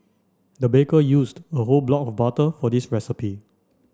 the baker used a whole block of butter for this recipe